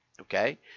okay